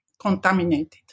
contaminated